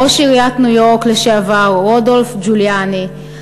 ראש עיריית ניו-יורק לשעבר רודולף ג'וליאני,